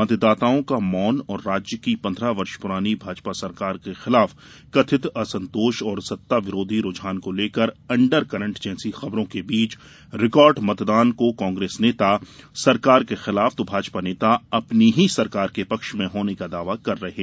मतदाताओं का मौन और राज्य की पंद्रह वर्ष पुरानी भाजपा सरकार के खिलाफ कथित असंतोष और सत्ताविरोधी रूझान को लेकर अंडर करंट जैसी खबरों के बीच रिकार्ड मतदान को कांग्रेस नेता सरकार के खिलाफ तो भाजपा नेता अपनी ही सरकार में पक्ष में होने का दावा कर रहे हैं